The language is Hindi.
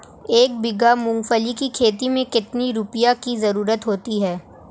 एक बीघा मूंगफली की खेती में कितनी यूरिया की ज़रुरत होती है?